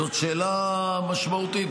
זאת שאלה משמעותית.